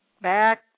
back